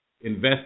invest